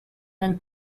than